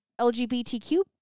LGBTQ